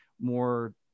more